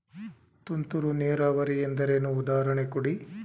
ತುಂತುರು ನೀರಾವರಿ ಎಂದರೇನು, ಉದಾಹರಣೆ ಕೊಡಿ?